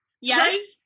Yes